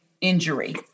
injury